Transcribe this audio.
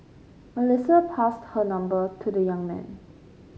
Melissa passed her number to the young man